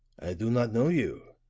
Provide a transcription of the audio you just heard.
i do not know you,